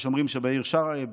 יש אומרים שבעיר שרעב,